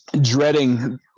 dreading